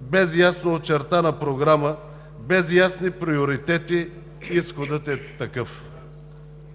без ясно очертана програма, без ясни приоритети изходът е такъв.